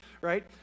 right